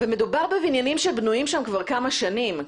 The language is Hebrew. ומדובר בבניינים שבנויים שם כבר כמה שנים.